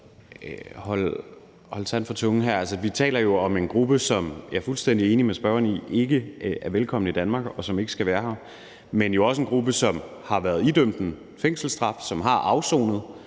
lige i munden her. Vi taler jo om en gruppe, som jeg er fuldstændig enig med spørgeren i ikke er velkommen i Danmark, og som ikke skal være her, men jo også er en gruppe, som har været idømt en fængselsstraf, som har afsonet